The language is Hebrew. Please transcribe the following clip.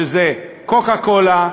שזה "קוקה-קולה",